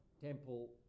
temple